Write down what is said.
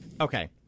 Okay